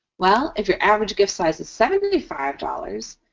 well, if your average gift size is seventy five dollars,